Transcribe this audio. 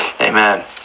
Amen